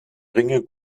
ringe